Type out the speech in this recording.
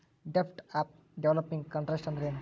ಡೆಬ್ಟ್ of developing countries ಅಂದ್ರೇನು?